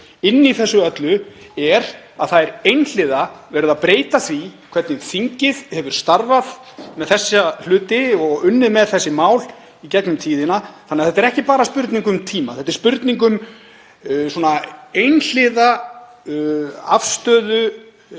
ár. Í þessu öllu er að það er einhliða verið að breyta því hvernig þingið hefur starfað og unnið með þessi mál í gegnum tíðina. Þannig að þetta er ekki bara spurning um tíma. Þetta er spurning um einhliða afstöðu